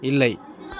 இல்லை